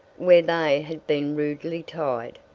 where they had been rudely tied,